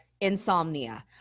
insomnia